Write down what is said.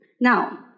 Now